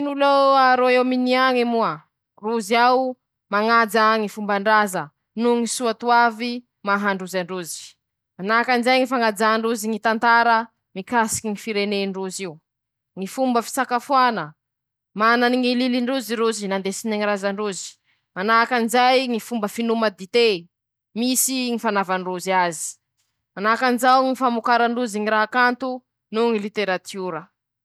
<…>Ñy kolotsay an'Aostraly añy: -Rozy añe, mañaja gny lilin-draza noho ñy soatoavy ;manahaky anizao ñy fifañajà añatiny fiarahamony ao, na tsy mitovy foko rozy; manahaky anizay ñy famokaran-drozy ñy raha kanto noho ñy literatiora, mana ñy literatiora ôstraliana rozy ;misy koa ñy fety ankalazan-drozy ao, ma australiana an-drozy ;misy ñy sakafo nandesiny ñy razan-droze, mbo jaboen-drozy zisiky henaniky zao.